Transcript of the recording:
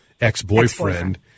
ex-boyfriend